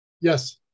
Yes